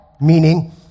meaning